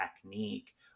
technique